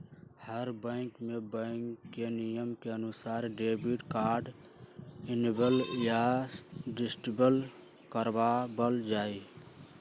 हर bank में bank के नियम के अनुसार डेबिट कार्ड इनेबल या डिसेबल करवा वल जाहई